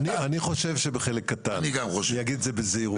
אני חושב שבחלק קטן, אני אגיד את זה בזהירות.